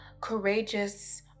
courageous